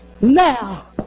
now